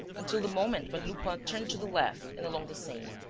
until the moment when lupin turned to the left and along the seine.